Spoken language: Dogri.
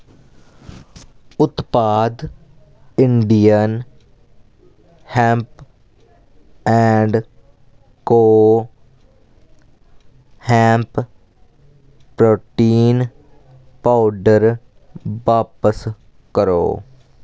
उत्पाद Indian Hemp and Co hemp protein powder बापस करो